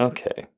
Okay